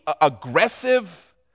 aggressive